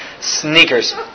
Sneakers